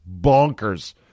bonkers